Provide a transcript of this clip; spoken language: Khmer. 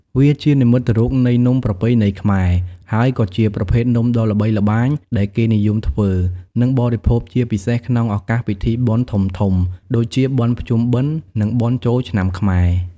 វាជានិមិត្តរូបនៃនំប្រពៃណីខ្មែរ ហើយក៏ជាប្រភេទនំដ៏ល្បីល្បាញ ដែលគេនិយមធ្វើ និងបរិភោគជាពិសេសក្នុងឱកាសពិធីបុណ្យធំៗ ដូចជា បុណ្យភ្ជុំបិណ្ឌ និង បុណ្យចូលឆ្នាំខ្មែរ។